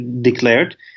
declared